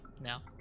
now